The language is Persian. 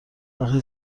وقتی